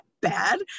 bad